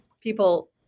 people